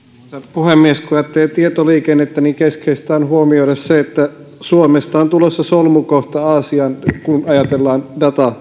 puhemies kun ajattelee tietoliikennettä niin keskeistä on huomioida se että suomesta on tulossa solmukohta aasiaan kun ajatellaan